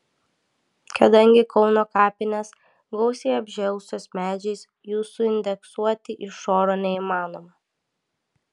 kadangi kauno kapinės gausiai apžėlusios medžiais jų suindeksuoti iš oro neįmanoma